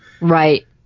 Right